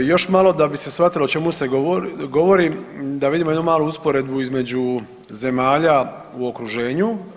Još malo da bi se shvatilo o čemu se govori, da vidimo jednu malu usporedbu između zemalja u okruženju.